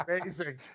amazing